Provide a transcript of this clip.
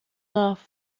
love